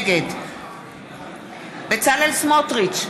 נגד בצלאל סמוטריץ,